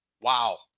wow